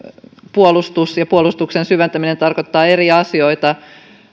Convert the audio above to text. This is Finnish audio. puolustus ja puolustuksen syventäminen tarkoittavat eri asioita